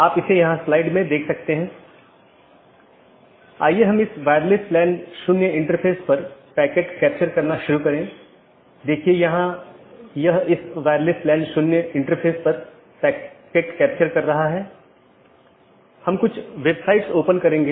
यदि आप याद करें तो हमने एक पाथ वेक्टर प्रोटोकॉल के बारे में बात की थी जिसने इन अलग अलग ऑटॉनमस सिस्टम के बीच एक रास्ता स्थापित किया था